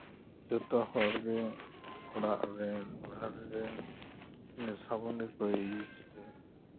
ᱡᱚᱛᱚᱦᱚᱲᱜᱮ ᱚᱲᱟᱜᱨᱮ ᱵᱟᱦᱨᱮ ᱨᱮ ᱥᱟᱵᱚᱱ ᱜᱮᱠᱚ ᱤᱭᱩᱡᱽ ᱮᱫᱟ